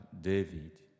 David